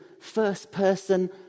first-person